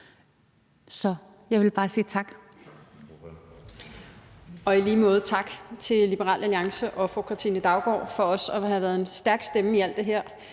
Så jeg vil bare sige tak.